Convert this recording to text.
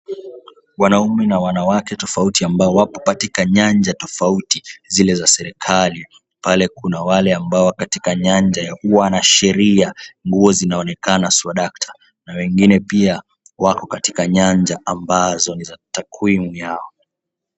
Wanaume na wanawake tofauti ambao wapo katika nyanja tofauti zile za serikali, pale kuna wale ambao katika nyanja ya uanasheria nguo zinaonekana swadakta, na wengine pia wako katika nyanja ambazo ni za takwimu yao.